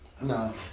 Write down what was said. No